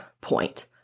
point